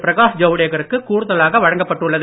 பிரகாஷ் ஜவுடே கருக்கு கூடுதலாக வழங்கப்பட்டுள்ளது